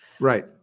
Right